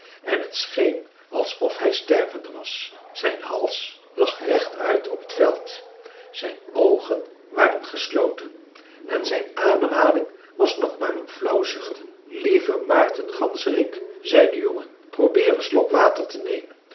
en het scheen alsof hij stervende was zijn hals lag rechtuit op t veld zijn oogen waren gesloten en zijn ademhaling was nog maar een flauw zuchten lieve maarten ganzerik zei de jongen probeer een slok water te nemen